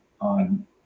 on